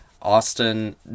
Austin